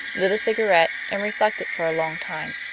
lit a cigarette, and reflected for a long time.